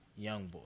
Youngboy